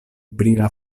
brila